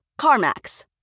CarMax